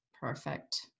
Perfect